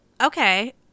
okay